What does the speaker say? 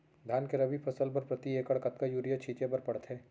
धान के रबि फसल बर प्रति एकड़ कतका यूरिया छिंचे बर पड़थे?